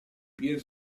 pierre